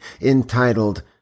entitled